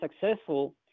successful